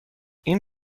این